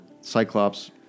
Cyclops